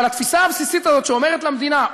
אבל התפיסה הבסיסית הזאת שאומרת למדינה: